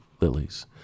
lilies